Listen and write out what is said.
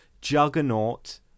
Juggernaut